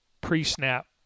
pre-snap